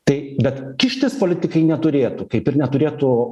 tai bet kištis politikai neturėtų kaip ir neturėtų